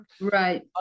right